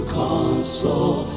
console